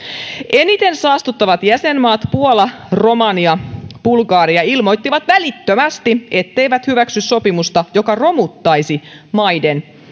eniten saastuttavat jäsenmaat puola romania bulgaria ilmoittivat välittömästi etteivät hyväksy sopimusta joka romuttaisi maiden